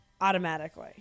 automatically